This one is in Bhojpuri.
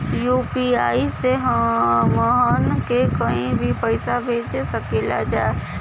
यू.पी.आई से हमहन के कहीं भी पैसा भेज सकीला जा?